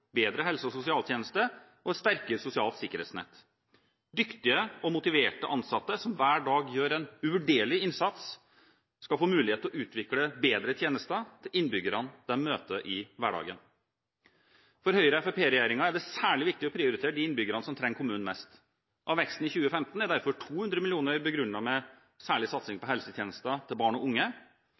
bedre helse- og sosialtjenester og et sterkere sosialt sikkerhetsnett. Dyktige og motiverte ansatte som hver dag gjør en uvurderlig innsats, skal få mulighet til å utvikle bedre tjenester til innbyggerne de møter i hverdagen. For Høyre–Fremskrittsparti-regjeringen er det særlig viktig å prioritere de innbyggerne som trenger kommunen mest. Av veksten i 2015 er derfor 200 mill. kr begrunnet med en særlig satsing på helsetjenester til barn og unge,